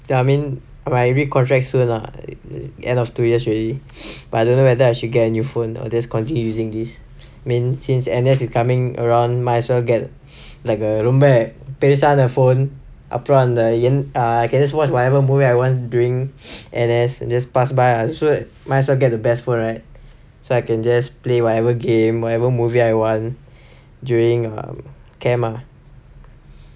I mean I gonna recontract soon lah end of two years already but I don't know whether I should get a new phone or just continue using this I mean since N_S is coming might as well get like a ரொம்ப பெருசான:romba perusaana phone அப்றம் அந்த:apram antha I can just watch whatever movie I want during N_S just pass by ah so I mean might as well get the best phone right so I can just play whatever game whatever movie I want during um camp ah